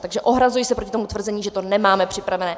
Takže se ohrazuji proti tvrzení, že to nemáme připravené.